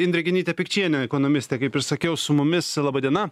indrė genytė pikčienė ekonomistė kaip ir sakiau su mumis laba diena